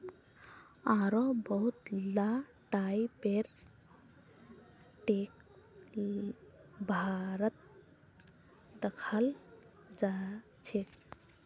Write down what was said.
आढ़ो बहुत ला टाइपेर टैक्स भारतत दखाल जाछेक